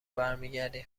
برمیگردی